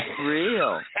Real